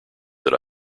that